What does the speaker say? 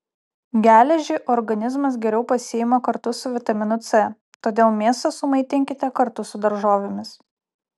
geležį organizmas geriau pasiima kartu su vitaminu c todėl mėsą sumaitinkite kartu su daržovėmis